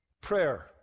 prayer